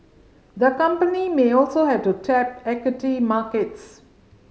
the company may also have to tap equity markets